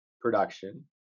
production